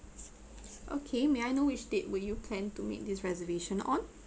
okay may I know which date will you plan to make this reservation on